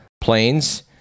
planes